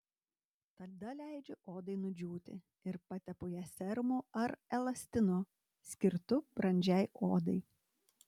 tada leidžiu odai nudžiūti ir patepu ją serumu ar elastinu skirtu brandžiai odai